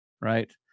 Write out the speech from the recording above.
Right